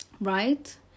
right